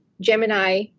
Gemini